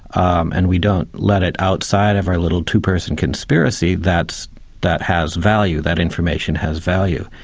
um and we don't let it outside of our little two-person conspiracy, that that has value, that information has value.